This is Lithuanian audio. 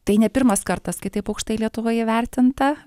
tai ne pirmas kartas kai taip aukštai lietuva įvertinta